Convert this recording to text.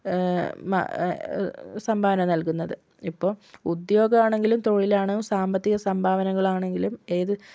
സംഭാവന നൽകുന്നത് ഇപ്പോൾ ഉദ്യോഗം ആണെങ്കിലും തൊഴിലാണ് സാമ്പത്തിക സംഭാവനകളാണെങ്കിലും ഏത്